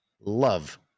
love